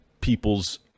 people's